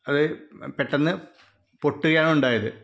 അത് പെട്ടന്ന് പൊട്ടുകയാണുണ്ടായത്